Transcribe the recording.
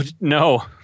No